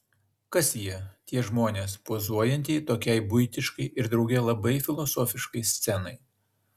kas jie tie žmonės pozuojantieji tokiai buitiškai ir drauge labai filosofiškai scenai